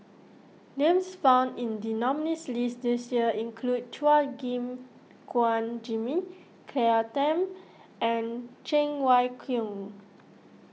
names found in the nominees' list this year include Chua Gim Guan Jimmy Claire Tham and Cheng Wai Keung